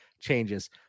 changes